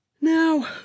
now